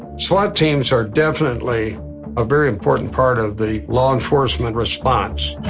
swat teams are definitely a very important part of the law enforcement response.